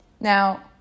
Now